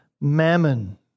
mammon